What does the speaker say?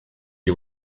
you